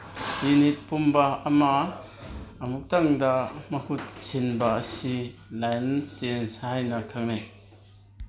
unit ꯄꯨꯝꯕ ꯑꯃ ꯑꯃꯨꯛꯇꯪꯗ ꯃꯍꯨꯠ ꯁꯤꯟꯕ ꯑꯁꯤ ꯂꯥꯏꯟ ꯆꯦꯟꯖ ꯍꯥꯏꯅ ꯈꯪꯅꯩ